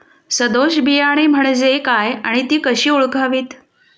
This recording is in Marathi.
सदोष बियाणे म्हणजे काय आणि ती कशी ओळखावीत?